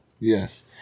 Yes